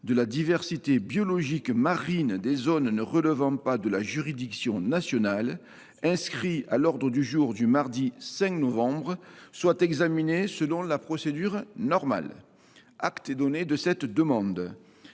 de la diversité biologique marine des zones ne relevant pas de la juridiction nationale, inscrit à l’ordre du jour du mardi 5 novembre soit examiné selon la procédure normale. Acte est donné de cette demande.